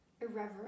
irreverent